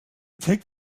take